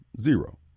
zero